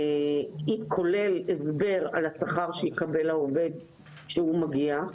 שכולל הסבר על השכר שיקבל העובד כשהוא מגיע.